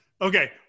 okay